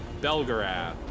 Belgarath